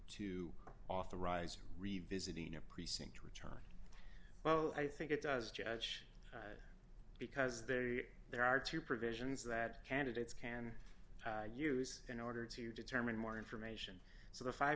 to authorize revisiting a precinct returns well i think it does judge because there is a there are two provisions that candidates can use in order to determine more information so the five